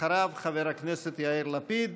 אחריו חברי הכנסת יאיר לפיד,